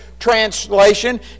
translation